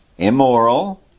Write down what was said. Immoral